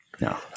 No